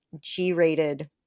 g-rated